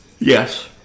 Yes